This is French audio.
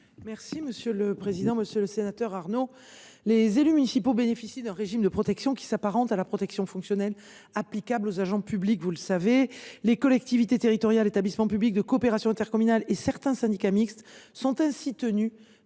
Mme la ministre déléguée. Monsieur le sénateur Arnaud, les élus municipaux bénéficient d’un régime de protection qui s’apparente à la protection fonctionnelle applicable aux agents publics. Les collectivités territoriales, établissements publics de coopération intercommunale et certains syndicats mixtes sont ainsi tenus